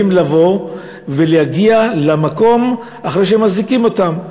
לבוא ולהגיע למקום אחרי שמזעיקים אותם.